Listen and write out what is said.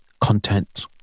content